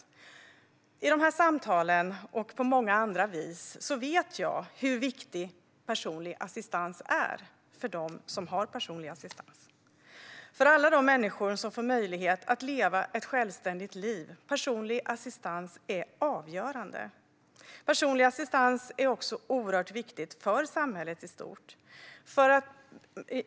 Genom de här samtalen och på många andra vis vet jag hur viktig personlig assistans är för dem som har personlig assistans, för alla de människor som får möjlighet att leva ett självständigt liv. Personlig assistans är avgörande. Personlig assistans är också oerhört viktigt för samhället i stort.